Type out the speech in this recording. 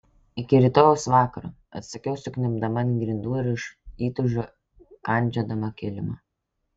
iki rytojaus vakaro atsakiau sukniubdama ant grindų ir iš įtūžimo kandžiodama kilimą